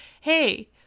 hey